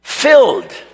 Filled